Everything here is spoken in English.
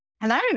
Hello